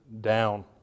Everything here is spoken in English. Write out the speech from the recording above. down